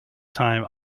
time